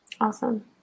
Awesome